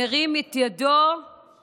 מרים את ידו על